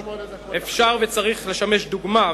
אפשר וצריך לשמש דוגמה,